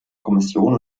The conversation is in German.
kommission